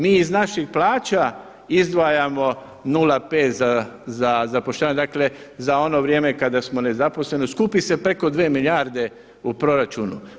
Mi iz naših plaća izdvajamo 0,5 za zapošljavanje, dakle za ono vrijeme kada smo nezaposleni, skupi se preko 2 milijarde u proračunu.